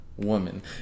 woman